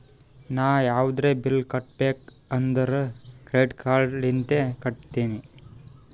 ನಾ ಯಾವದ್ರೆ ಬಿಲ್ ಕಟ್ಟಬೇಕ್ ಅಂದುರ್ ಕ್ರೆಡಿಟ್ ಕಾರ್ಡ್ ಲಿಂತೆ ಕಟ್ಟತ್ತಿನಿ